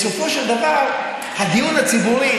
בסופו של דבר הדיון הציבורי,